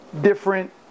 different